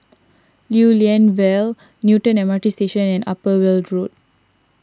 Lew Lian Vale Newton M R T Station and Upper Weld Road